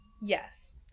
Yes